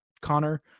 connor